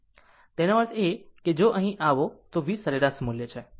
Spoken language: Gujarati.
તેનો અર્થ એ કે જો અહીં આવો તો V સરેરાશ મૂલ્ય છે